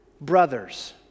brothers